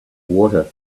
water